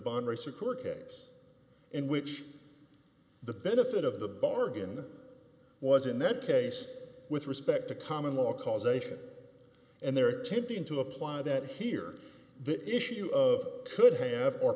bond race a court case in which the benefit of the bargain was in that case with respect to common law causation and they're attempting to apply that here the issue of could ha